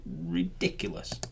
ridiculous